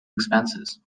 expenses